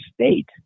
state